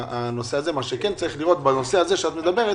מה שכן צריך לראות בנושא הזה שאת מדברת